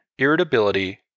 irritability